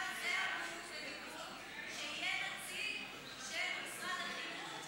אבל גם על זה אמרו ודיברו שיהיה נציג של משרד החינוך,